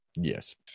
Yes